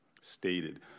stated